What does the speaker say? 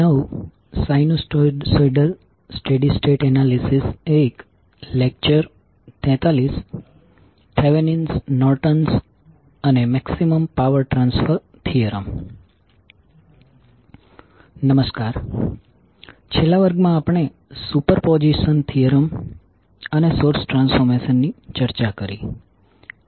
નમસ્કાર છેલ્લા વર્ગમાં આપણે સુપરપોઝિશન થીયરમ અને સોર્સ ટ્રાન્સફોર્મશન ની ચર્ચા કરી